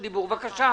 בבקשה.